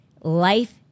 life